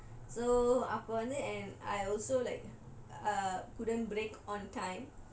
you know of losing my balance so so அப்போ வந்து:appo vanthu and I also like